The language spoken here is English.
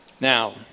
Now